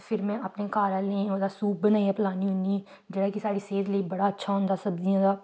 फिर में अपने घर आह्लें गी ओह्दा सूप बनाइयै पलान्नी होन्नी जेह्ड़ा कि साढ़ी सेह्त लेई बड़ा अच्छा होंदा सब्जियें दा